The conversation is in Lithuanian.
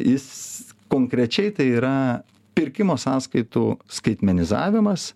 jis konkrečiai tai yra pirkimo sąskaitų skaitmenizavimas